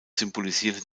symbolisiert